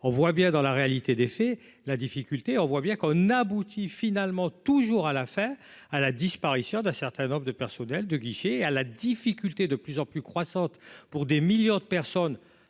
on voit bien dans la réalité des faits, la difficulté, on voit bien qu'on aboutit finalement toujours à la faire à la disparition d'un certain nombre de personnels de guichet à la difficulté de plus en plus croissante pour des millions de personnes